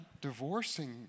divorcing